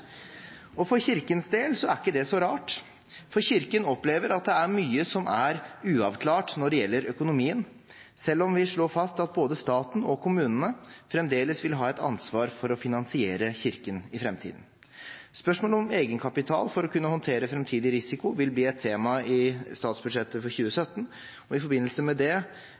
For Kirkens del er ikke det så rart, for Kirken opplever at det er mye som er uavklart når det gjelder økonomien, selv om vi slår fast at både staten og kommunene fremdeles vil ha et ansvar for å finansiere Kirken i framtiden. Spørsmålet om egenkapital for å kunne håndtere framtidig risiko vil bli et tema i statsbudsjettet for 2017, og i forbindelse med det